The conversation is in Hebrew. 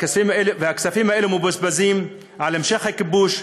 הכספים האלה מבוזבזים על המשך הכיבוש,